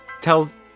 tells